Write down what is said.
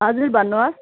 हजुर भन्नुहोस्